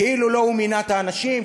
כאילו לא הוא מינה את האנשים,